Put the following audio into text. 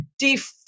defund